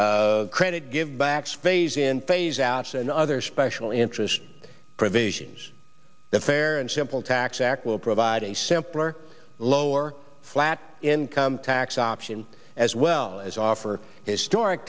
and other special interest provisions the fair and simple tax act will provide a simpler low or flat income tax option as well as offer historic